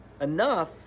enough